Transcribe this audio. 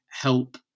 help